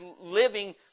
living